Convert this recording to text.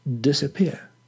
disappear